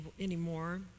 anymore